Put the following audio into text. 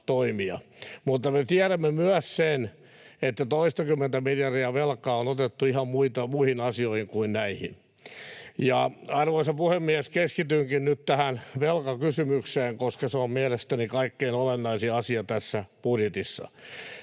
Mutta me tiedämme myös sen, että toistakymmentä miljardia velkaa on otettu ihan muihin asioihin kuin näihin. Arvoisa puhemies! Keskitynkin nyt tähän velkakysymykseen, koska se on mielestäni kaikkein olennaisin asia tässä budjetissa.